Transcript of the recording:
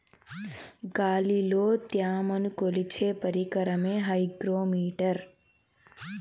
గాలిలో త్యమను కొలిచే పరికరమే హైగ్రో మిటర్